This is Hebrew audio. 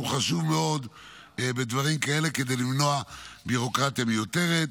שהוא חשוב מאוד בדברים כאלה כדי למנוע ביורוקרטיה מיותרת.